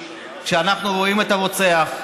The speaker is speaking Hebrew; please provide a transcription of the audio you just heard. כשאנחנו רואים את הרוצח,